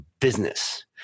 business